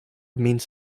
means